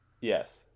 Yes